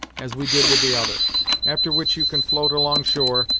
as we did with the other after which you can float along shore,